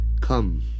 Come